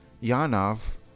Yanov